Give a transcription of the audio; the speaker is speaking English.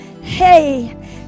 Hey